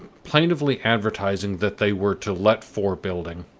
plaintively advertising that they were to let for building,